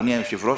אדוני היושב-ראש,